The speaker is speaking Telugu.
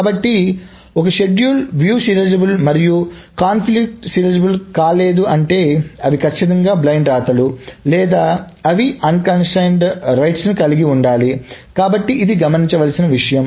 కాబట్టి ఒక షెడ్యూల్ వీక్షణ సీరియలైజబుల్ మరియు కాన్ఫ్లిక్ట్ సీరియలైజబుల్ కాలేదంటే అవి ఖచ్చితంగా బ్లైండ్ రాతలు లేదా ఈ అనియంత్రిత వ్రాతలను కలిగి ఉండాలి కాబట్టి ఇది గమనించవలసిన విషయం